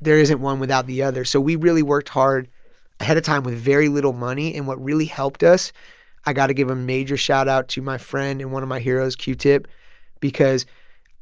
there isn't one without the other. so we really worked hard ahead of time with very little money. and what really helped us i got to give a major shout out to my friend and one of my heroes, q-tip. because